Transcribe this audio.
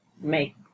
make